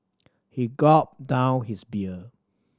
he gulped down his beer